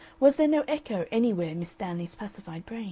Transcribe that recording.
was there no echo anywhere in miss stanley's pacified